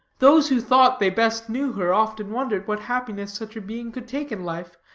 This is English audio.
those who thought they best knew her, often wondered what happiness such a being could take in life,